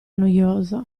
noiosa